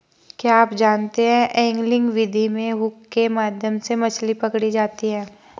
क्या आप जानते है एंगलिंग विधि में हुक के माध्यम से मछली पकड़ी जाती है